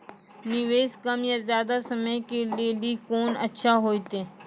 निवेश कम या ज्यादा समय के लेली कोंन अच्छा होइतै?